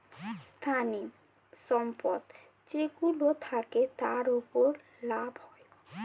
স্থায়ী সম্পদ যেইগুলো থাকে, তার উপর লাভ হয়